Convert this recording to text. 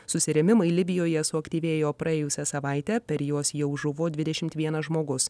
susirėmimai libijoje suaktyvėjo praėjusią savaitę per juos jau žuvo dvidešimt vienas žmogus